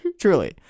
Truly